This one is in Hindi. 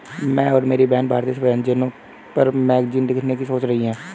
मैं और मेरी बहन भारतीय व्यंजनों पर मैगजीन लिखने की सोच रही है